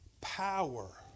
Power